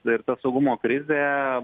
ir ta saugumo krizė